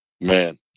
Man